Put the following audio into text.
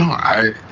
i